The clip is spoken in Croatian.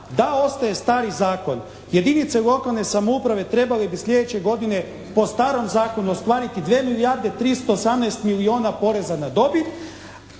da ostaje stari zakon jedinice lokalne samouprave trebale bi sljedeće godine po starom zakonu ostvariti 2 milijarde 318 milijuna poreza na dobit,